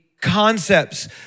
concepts